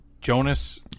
Jonas